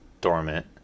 dormant